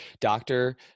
doctor